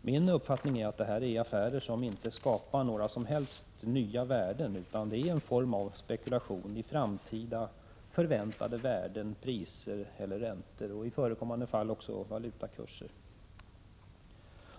Min uppfattning är att dessa affärer inte skapar några som helst nya värden utan är en form av spekulation i framtida förväntade värden, priser eller räntor, och i förekommande fall valutakurser.